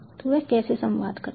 तो वे कैसे संवाद करते हैं